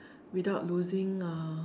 without losing uh